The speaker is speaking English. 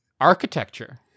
Architecture